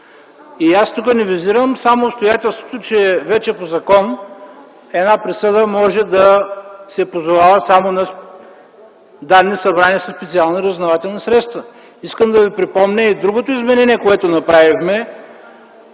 Тук не визирам само обстоятелството, че вече по закон една присъда може да се позовава само на данни, събрани със специални разузнавателни средства. Искам да ви припомня и другото изменение, което направихме,